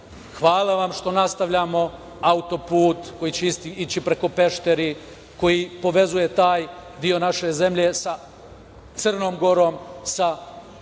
hvala vam što nastavljamo autoput koji će ići preko Peštera, koji povezuje taj deo naše zemlje sa Crnom Gorom, sa Barom